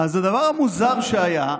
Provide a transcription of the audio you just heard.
אז הדבר המוזר שהיה: